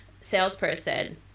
salesperson